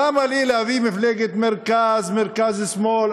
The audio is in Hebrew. למה לי להביא מפלגת מרכז, מרכז-שמאל?